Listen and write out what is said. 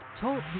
Talk